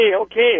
okay